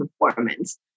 performance